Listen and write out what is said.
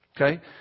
Okay